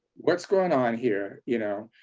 what's going on here, you know,